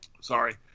sorry